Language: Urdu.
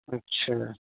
اچھا